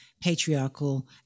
patriarchal